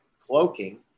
cloaking